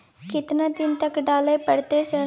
केतना दिन तक डालय परतै सर?